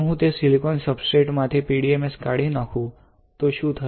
જો હું તે સિલિકોન સબસ્ટ્રેટ માંથી PDMS કાઢી નાંખુ તો શું થશે